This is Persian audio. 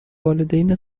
والدین